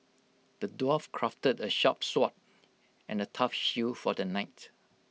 the dwarf crafted A sharp sword and A tough shield for the knight